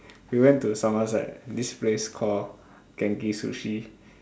we went to somerset this place call Genki-Sushi